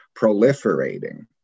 proliferating